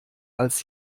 als